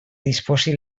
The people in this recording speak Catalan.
disposi